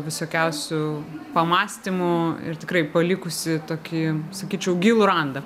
visokiausių pamąstymų ir tikrai palikusi tokį sakyčiau gilų randą